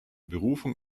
berufung